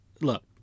Look